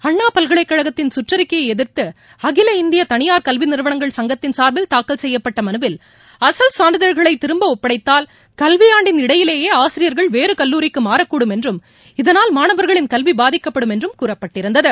அண்ணாபல்கலைக்கழகத்தின் சுற்றிக்கையை எதிர்த்து அகில இந்திய தனியார் கல்விநிறுவனங்கள் சங்கத்தின் சார்பில் தாக்கல் செய்யப்பட்ட மனுவில் அசல் சான்றிதழ்களை திரும்ப ஒப்படைத்தால் கல்வியாண்டின் இடையிலேயே ஆசிரியர்கள் வேறு கல்லூரிக்கு மாறக்கூடும் என்றும் இதனால் மாணவர்களின் கல்வி பாதிக்கப்படும் என்றும் கூறப்பட்டிருந்தது